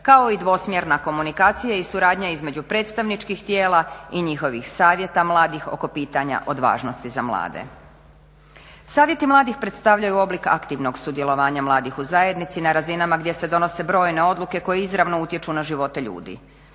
kao i dvosmjerna komunikacija i suradnja između predstavničkih tijela i njihovih Savjeta mladih oko pitanja od važnosti za mlade. Savjeti mladih predstavljaju oblik aktivnog sudjelovanja mladih u zajednici na razinama gdje se donose brojne odluke koje izravno utječu na živote ljudi.